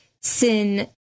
sin